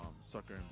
Sucker